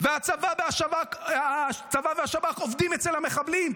והצבא והשב"כ עובדים אצל המחבלים,